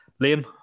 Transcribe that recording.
Liam